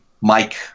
Mike